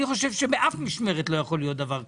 אני חושב שבאף משמרת לא יכול להיות דבר כזה.